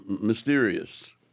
mysterious